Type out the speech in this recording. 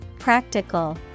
Practical